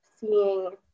seeing